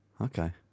Okay